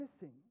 missing